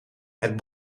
het